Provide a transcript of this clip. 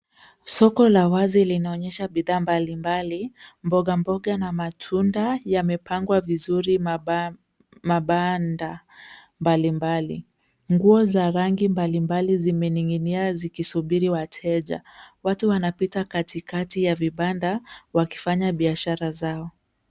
Soko la wazi linaonyesha bidhaa mbalimbali, mboga mboga na matunda yamepangwa vizuri mabanda mbalimbali. Nguo za rangi mbalimali zimening'inia zikisubiri wateja. Watu wanapita katikati ya vibanda wakifanya biashara zao.